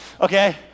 Okay